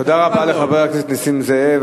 תודה לחבר הכנסת נסים זאב.